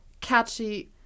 catchy